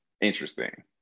interesting